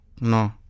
no